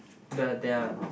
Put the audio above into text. the there're